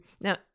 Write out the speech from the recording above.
Now